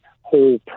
whole